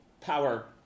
power